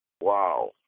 Wow